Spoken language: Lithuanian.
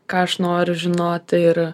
ką aš noriu žinoti ir